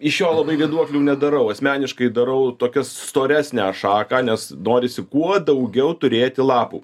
iš jo labai vėduoklių nedarau asmeniškai darau tokias storesnę šaką nes norisi kuo daugiau turėti lapų